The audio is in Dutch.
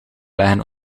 leggen